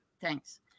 thanks